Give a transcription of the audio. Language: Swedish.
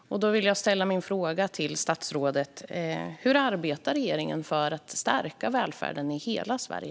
Då vill jag ställa min fråga till statsrådet. Hur arbetar regeringen för att stärka välfärden i hela Sverige?